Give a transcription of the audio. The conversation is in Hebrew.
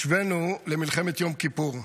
השווינו למלחמת יום כיפור.